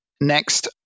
Next